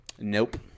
Nope